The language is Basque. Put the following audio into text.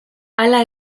hala